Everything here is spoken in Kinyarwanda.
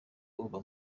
uba